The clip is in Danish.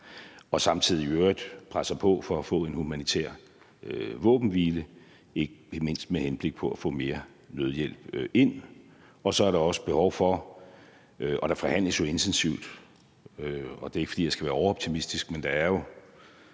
og samtidig i øvrigt presser på for at få en humanitær våbenhvile, ikke mindst med henblik på at få mere nødhjælp ind. Der forhandles jo intensivt, og det er ikke, fordi jeg skal være overoptimistisk, men der er